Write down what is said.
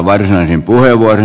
herra puhemies